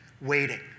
waiting